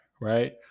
right